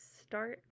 start